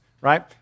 right